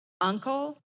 uncle